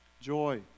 joy